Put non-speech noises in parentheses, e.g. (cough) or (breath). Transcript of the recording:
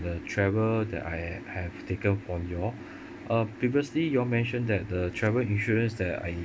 the travel that I have taken from you all (breath) uh previously you all mentioned that the travel insurance that I